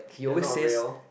they're not real